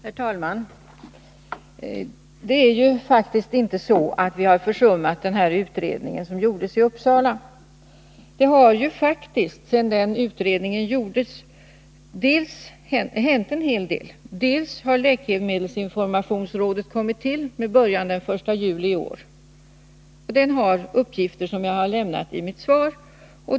Herr talman! Det är ju faktiskt inte så att vi har försummat den utredning som gjordes i Uppsala. Det har, sedan den utredningen gjordes, hänt en hel del. Läkemedelsinformationsrådet har kommit till — det började sin verksamhet den 1 juli i år. Rådet har de uppgifter som jag redovisat i mitt svar.